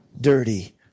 dirty